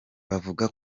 bavuga